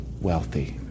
wealthy